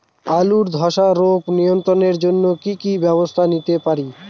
আলুর ধ্বসা রোগ নিয়ন্ত্রণের জন্য কি কি ব্যবস্থা নিতে পারি?